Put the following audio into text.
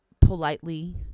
politely